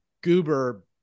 goober